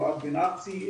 יואב בן ארצי,